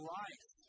life